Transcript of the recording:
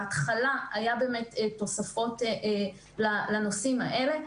בהתחלה היו תוספות לנושאים האלה.